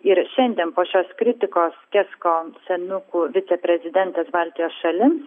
ir šiandien po šios kritikos kesko senukų viceprezidentas baltijos šalims